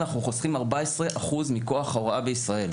אנחנו חוסכים 14% מכוח הוראה בישראל.